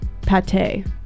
pate